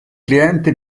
cliente